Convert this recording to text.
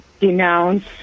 denounce